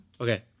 Okay